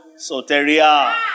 Soteria